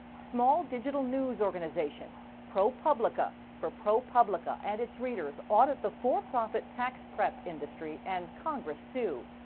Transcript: small digital news organization propublica for propublica and its readers audit the for-profit tax prep industry and congress too.